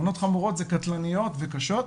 שתאונות חמורות זה קטלניות וקשות,